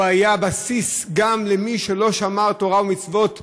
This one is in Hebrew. הוא היה בסיס גם למי שלא שמר תורה ומצוות בדקדוק,